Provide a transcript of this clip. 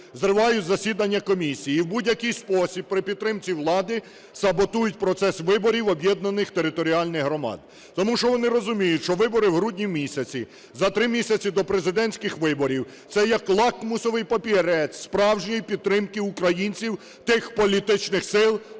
зривають засідання комісії і в будь-який спосіб при підтримці влади саботують процес виборів об'єднаних територіальних громад. Тому що вони розуміють, що вибори в грудні-місяці, за три місяці до президентських виборів, це як лакмусовий папірець справжньої підтримки українців тих політичних сил,